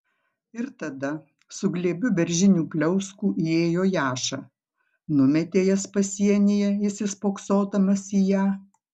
ir tada su glėbiu beržinių pliauskų įėjo jaša numetė jas pasienyje įsispoksodamas į ją